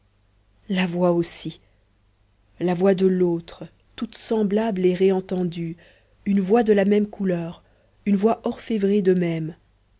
la voix aussi la voix de l'autre toute semblable et réentendue une voix de la même couleur une voix